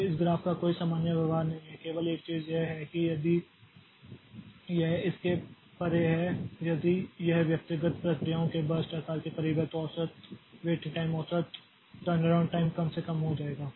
तो इस ग्राफ का कोई सामान्य व्यवहार नहीं है केवल एक चीज यह है कि यदि यह इसके परे है यदि यह व्यक्तिगत प्रक्रियाओं के बर्स्ट आकार के करीब है तो औसत वेटिंग टाइम औसत टर्नअराउंड टाइम कम से कम हो जाएगा